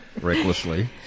recklessly